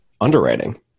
underwriting